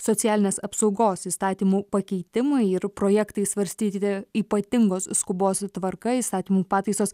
socialinės apsaugos įstatymų pakeitimai ir projektai svarstytini ypatingos skubos tvarka įstatymų pataisos